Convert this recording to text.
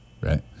right